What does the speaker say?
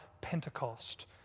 Pentecost